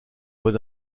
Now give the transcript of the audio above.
bon